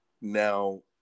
Now